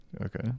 Okay